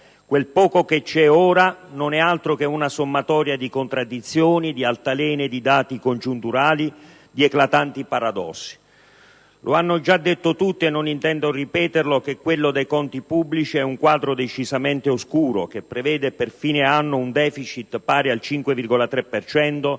Quel poco che c'è ora non è altro che una sommatoria di contraddizioni, di altalene, di dati congiunturali e di eclatanti paradossi. L'hanno già detto tutti, per cui non intendo ripetere che il quadro dei conti pubblici è decisamente oscuro e prevede per fine anno un deficit pari al 5,3